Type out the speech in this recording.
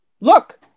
Look